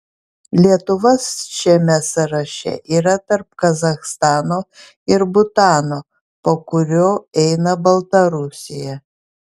lietuva šiame sąraše yra tarp kazachstano ir butano po kurio eina baltarusija